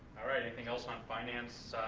all right, anything else on finance,